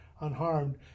unharmed